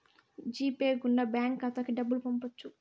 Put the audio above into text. G Pay గుండా bank ఖాతాకి డబ్బులు పంపొచ్చు